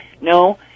No